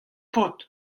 paotr